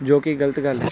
ਜੋ ਕਿ ਗਲਤ ਗੱਲ ਹੈ